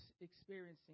experiencing